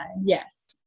Yes